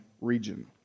region